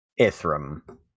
Ithram